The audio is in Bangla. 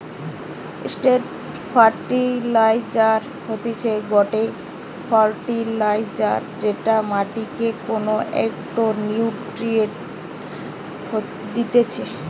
স্ট্রেট ফার্টিলাইজার হতিছে গটে ফার্টিলাইজার যেটা মাটিকে কোনো একটো নিউট্রিয়েন্ট দিতেছে